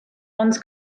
ond